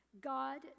God